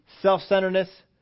Self-centeredness